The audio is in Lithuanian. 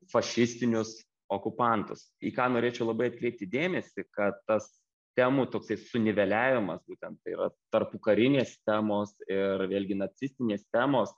fašistinius okupantus į ką norėčiau labai atkreipti dėmesį kad tas temų toksai suniveliavimas būtent tai yra tarpukarinės temos ir vėlgi nacistinės temos